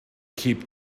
keep